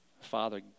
Father